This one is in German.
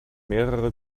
mehrere